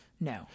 No